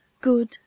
good